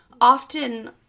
often